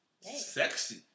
sexy